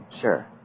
Sure